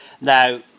Now